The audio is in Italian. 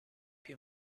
più